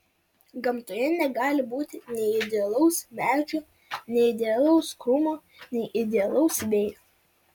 gamtoje negali būti nei idealaus medžio nei idealaus krūmo nei idealaus vėjo